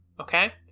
Okay